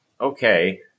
Okay